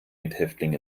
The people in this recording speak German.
mithäftling